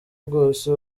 bwose